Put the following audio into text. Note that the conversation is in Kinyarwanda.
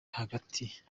hagati